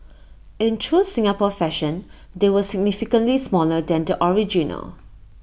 in true Singapore fashion they were significantly smaller than the original